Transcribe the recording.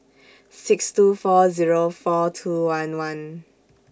six two four Zero four two one one